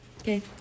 Okay